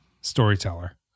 storyteller